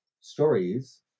stories